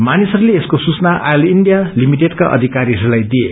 मानिसहस्ते यसको सूचना आयल इण्डिया लिमिटेडका अषिकरीहरूलाई दिए